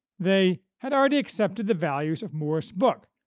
they had already accepted the values of moore's book,